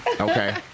Okay